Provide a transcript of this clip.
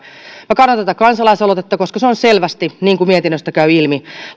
kannatan tätä kansalaisaloitetta koska se on selvästi niin kuin mietinnöstä käy ilmi